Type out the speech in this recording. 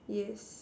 yes